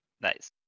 Nice